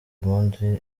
impundu